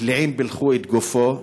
קליעים פילחו את גופו,